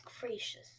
gracious